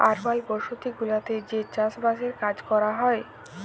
আরবাল বসতি গুলাতে যে চাস বাসের কাজ ক্যরা হ্যয়